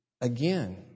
Again